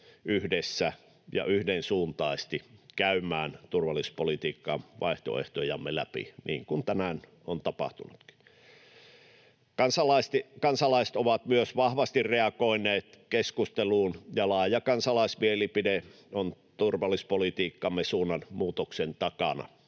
yhdessä ja yhdensuuntaisesti käymään turvallisuuspolitiikkavaihtoehtojamme läpi, niin kuin tänään on tapahtunutkin. Kansalaiset ovat myös vahvasti reagoineet keskusteluun, ja laaja kansalaismielipide on turvallisuuspolitiikkamme suunnanmuutoksen takana.